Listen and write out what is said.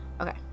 Okay